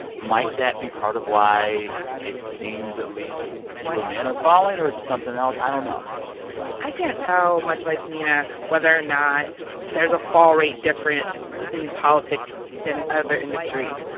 might that be part of why it seems, at least, fewer men are falling, or is it something else? i don't know i can't tell, much like nina, whether or not there's a fall rate difference in politics than other industries.